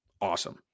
Awesome